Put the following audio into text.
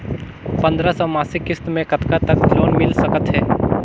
पंद्रह सौ मासिक किस्त मे कतका तक लोन मिल सकत हे?